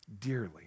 dearly